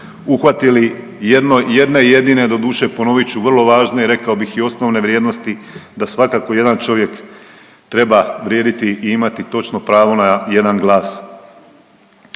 uhvatili jedno, jedne jedine doduše ponovit ću vrlo važne rekao bih i osnovne vrijednosti da svakako jedan čovjek treba vrijediti i imati točno pravo na jedan glas.